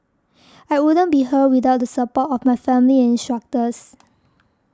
I wouldn't be here without the support of my family and instructors